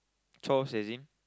chores as in